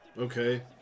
okay